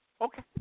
Okay